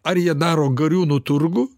ar jie daro gariūnų turgų